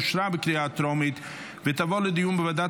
אושרה בקריאה הטרומית ותעבור לדיון בוועדת